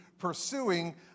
pursuing